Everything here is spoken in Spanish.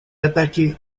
ataque